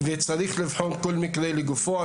וצריך לבחון כל מקרה לגופו.